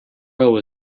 oil